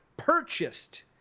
purchased